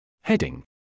Heading